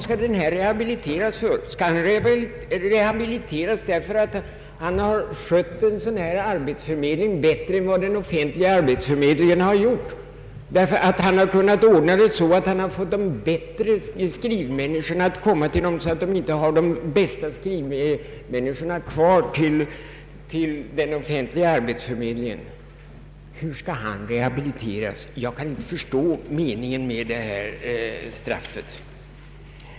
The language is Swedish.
Skall han rehabiliteras därför att han skött en sådan här förmedling bättre än den offentliga arbetsförmedlingen gjort och därför att han har kunnat ordna det så att han fått de skickligare skrivmänniskorna knutna till sin verksamhet så att de inte funnits att tillgå för den offentliga arbetsförmedlingen? Hur skall han rehabiliteras? Jag kan inte förstå meningen med det här straffet.